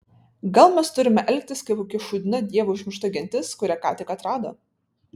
gal mes turime elgtis kaip kokia šūdina dievo užmiršta gentis kurią ką tik atrado